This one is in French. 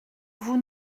vous